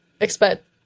expect